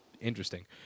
interesting